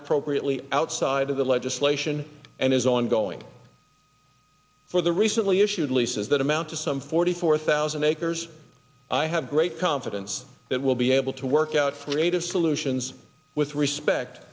appropriately outside of the legislation and is ongoing for the recently issued leases that amount to some forty four thousand acres i have great confidence that we'll be able to work out for rate of solutions with respect